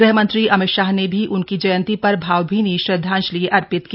गृहमंत्री अमित शाह ने भी उनकी जयंती पर भावभीनी श्रद्वांजलि अर्पित की